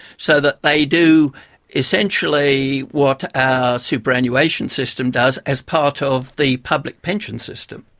so that they do essentially what our superannuation system does as part of the public pension system.